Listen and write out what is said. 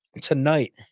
tonight